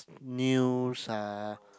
news uh